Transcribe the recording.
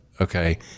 okay